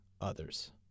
others